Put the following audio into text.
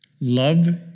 love